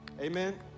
Amen